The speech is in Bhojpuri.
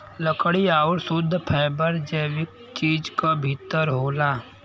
लकड़ी आउर शुद्ध फैबर जैविक चीज क भितर होला